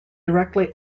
directly